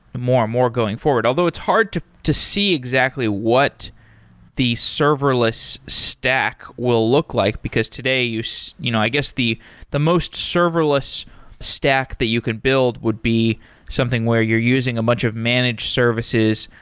more and more going forward. although it's hard to to see exactly what the serverless stack will look like, because today you know i guess the the most serverless stack that you can build would be something where you're using a bunch of managed services,